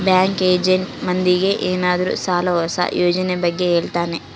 bank agent ಮಂದಿಗೆ ಏನಾದ್ರೂ ಸಾಲ ಹೊಸ ಯೋಜನೆ ಬಗ್ಗೆ ಹೇಳ್ತಾನೆ